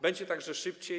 Będzie także szybciej.